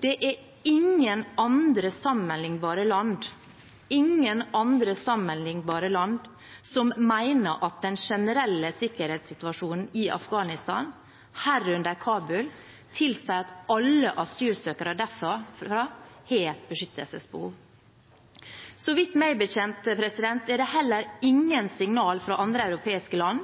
Det er ingen andre sammenlignbare land – ingen andre sammenlignbare land – som mener at den generelle sikkerhetssituasjonen i Afghanistan, herunder Kabul, tilsier at alle asylsøkere derfra har et beskyttelsesbehov. Meg bekjent er det heller ingen signaler fra andre europeiske land